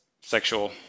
sexual